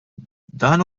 dan